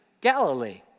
Galilee